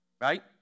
Right